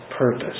purpose